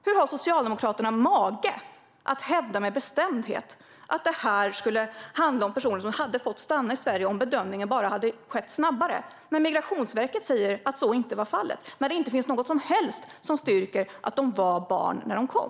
Hur har Socialdemokraterna mage att med bestämdhet hävda att det handlar om personer som hade fått stanna i Sverige om bedömningen bara hade skett snabbare? Migrationsverket säger ju att så inte är fallet. Det finns inget alls som styrker att de var barn när de kom.